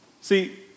See